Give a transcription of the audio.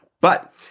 but-